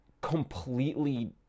completely